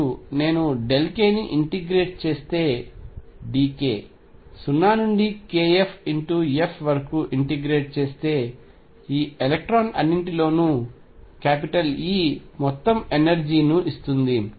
మరియు నేను k ని ఇంటిగ్రేట్ చేస్తే dk 0 నుండి kff వరకు ఇంటిగ్రేట్ చేస్తే ఈ ఎలక్ట్రాన్లన్నింటిలోనూ E మొత్తం ఎనర్జీ ని ఇస్తుంది